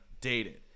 dated